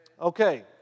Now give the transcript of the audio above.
Okay